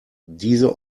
diese